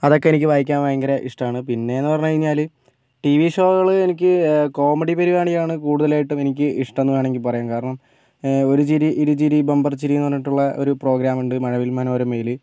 അതൊക്കെ എനിക്ക് വായിക്കാൻ ഭയങ്കര ഇഷ്ടമാണ് പിന്നെ എന്ന് പറഞ്ഞു കഴിഞ്ഞാൽ ടി വി ഷോകൾ എനിക്ക് കോമഡി പരിപാടിയാണ് കൂടുതലായിട്ടും എനിക്ക് ഇഷ്ടമെന്ന് വേണമെങ്കിൽ പറയാം കാരണം ഒരു ചിരി ഇരു ചിരി ബംബർ ചിരി എന്ന് പറഞ്ഞിട്ടുള്ള ഒരു പ്രോഗ്രാം ഉണ്ട് മഴവിൽ മനോരമയിൽ